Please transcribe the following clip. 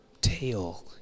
tail